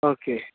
okay